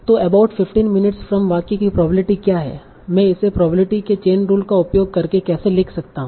तों 'about 15 minutes from' वाक्य कि प्रोबेबिलिटी क्या है मैं इसे प्रोबेबिलिटी के चेन रूल का उपयोग करके कैसे लिख सकता हू